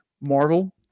Marvel